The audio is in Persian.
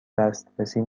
دسترسی